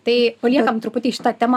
tai paliekam truputį šitą temą